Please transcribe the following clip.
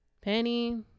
Penny